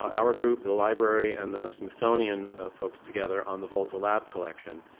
our group, the library, and the smithsonian folks together on the volta lab collection.